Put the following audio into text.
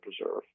preserve